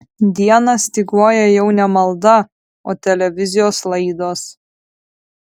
dieną styguoja jau ne malda o televizijos laidos